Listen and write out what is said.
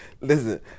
Listen